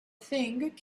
thing